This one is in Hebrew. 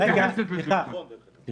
אני